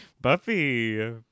Buffy